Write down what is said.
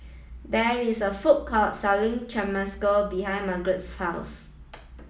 there is a food court selling Chimichanga behind Margarett's house